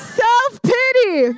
self-pity